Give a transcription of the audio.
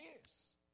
years